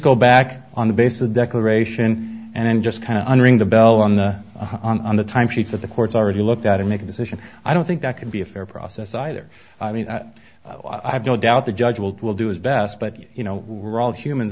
go back on the base a declaration and then just kind of unring the bell on the on the time sheets of the court's already looked at and make a decision i don't think that could be a fair process either i mean i have no doubt the judge will do his best but you know we're all human